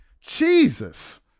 Jesus